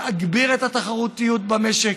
להגביר את התחרותיות במשק,